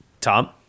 Tom